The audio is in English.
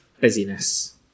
busyness